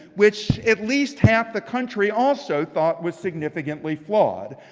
which at least half the country also thought was significantly flawed.